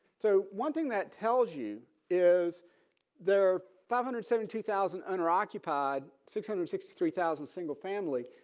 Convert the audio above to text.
so one thing that tells you is there are five hundred seventy thousand unoccupied six hundred sixty three thousand single family.